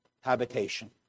habitation